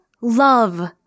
love